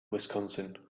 wisconsin